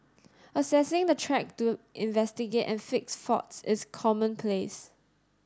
accessing the track to investigate and fix faults is commonplace